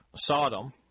Sodom